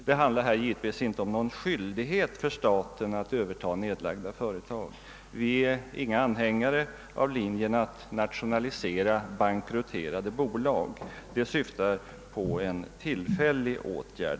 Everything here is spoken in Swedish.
Det handlar här givetvis inte om någon skyldighet för staten att överta nedlagda företag. Vi är inte några anhängare av linjen att nationalisera bankrutterade bolag. Vårt förslag syftar till en tillfällig åtgärd.